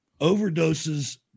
Overdoses